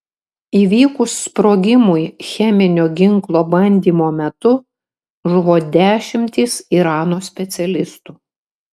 įvykus sprogimui cheminio ginklo bandymo metu žuvo dešimtys irano specialistų